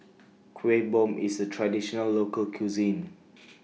Kueh Bom IS A Traditional Local Cuisine